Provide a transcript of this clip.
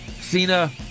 Cena